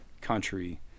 country